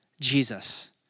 Jesus